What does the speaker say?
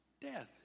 death